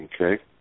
Okay